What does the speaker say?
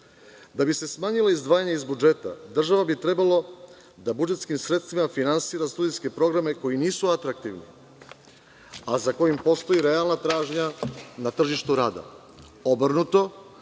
Da bi se smanjila izdvajanja iz budžeta, država bi trebalo da budžetskim sredstvima finansira studentske programe koji nisu atraktivni, a za kojima postoji realna tražnja na tržištu rada.